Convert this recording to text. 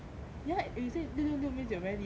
ya if you say 六六六 means you very 厉害